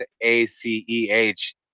A-C-E-H